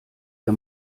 der